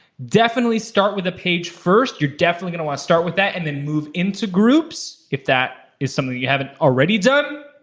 definitely start with a page first. you're definitely gonna wanna start with that and then move into groups, if that is something you haven't already done.